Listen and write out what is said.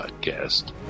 podcast